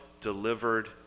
delivered